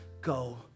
go